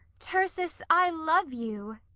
tircis, i love you!